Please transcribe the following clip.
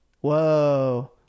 Whoa